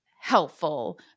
helpful